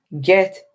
get